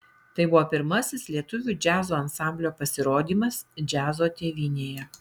tai buvo pirmasis lietuvių džiazo ansamblio pasirodymas džiazo tėvynėje